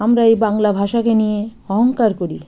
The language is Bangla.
আমরা এই বাংলা ভাষাকে নিয়ে অহংকার করি